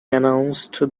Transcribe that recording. announced